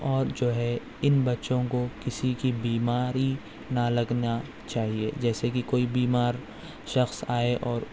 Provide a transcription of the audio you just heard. اور جو ہے اِن بچوں کو کسی کی بیماری نہ لگنا چاہیے جیسے کہ کوئی بیمار شخص آئے اور